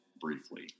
briefly